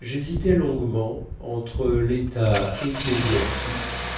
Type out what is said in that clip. jhésitai longuement entre létat ecclésiastique